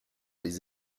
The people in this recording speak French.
les